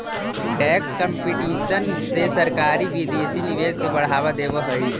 tax competition से सरकारी विदेशी निवेश के बढ़ावा देवऽ हई